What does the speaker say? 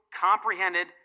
comprehended